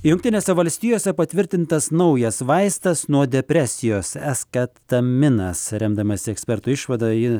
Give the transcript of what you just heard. jungtinėse valstijose patvirtintas naujas vaistas nuo depresijos es ketaminas remdamasi ekspertų išvada jį